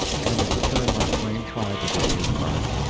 and in return mark twain tried to do his part.